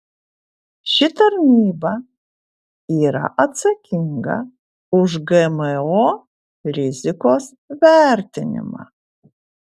ši tarnyba yra atsakinga už gmo rizikos vertinimą